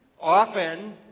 often